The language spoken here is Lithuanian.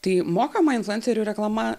tai mokama influencerių reklama